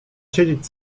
siedzieć